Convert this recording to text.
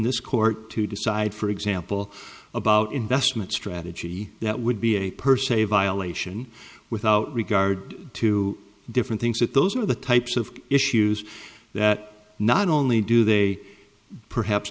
this court to decide for example about investment strategy that would be a per se violation without regard to different things that those are the types of issues that not only do they perhaps